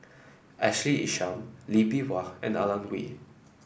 Ashley Isham Lee Bee Wah and Alan Oei